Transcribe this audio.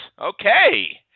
Okay